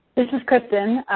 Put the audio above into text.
this is kristen.